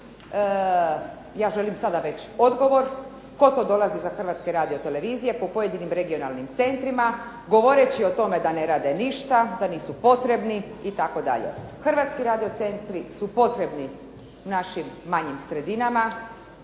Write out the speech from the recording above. ja želim sada već odgovor tko to dolazi sa Hrvatske radiotelevizije po pojedinim regionalnim centrima govoreći o tome da ne rade ništa, da nisu potrebni itd. Hrvatski radio centri su potrebni našim manjim sredinama,